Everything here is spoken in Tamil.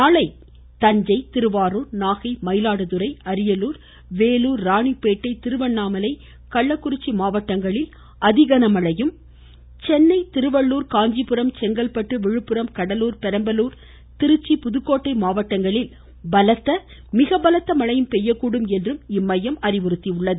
நாளை தஞ்சை திருவாரூர் நாகை மயிலாடுதுறை அரியலூர் வேலூர் ராணிப்பேட்டை திருவண்ணாமலை கள்ளக்குறிச்சி மாவட்டங்களில் அதி கன மழையும் சென்னை திருவள்ளுர் காஞ்சிபுரம் செங்கல்பட்டு விழுப்புரம் கடலூர் பெரம்பலூர் திருச்சி புதுக்கோட்டை மாவட்டங்களில் பலத்த மிக பலத்த மழையும் பெய்யக்கூடும் என்றும் இம்மையம் தெரிவித்துள்ளது